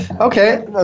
Okay